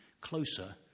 closer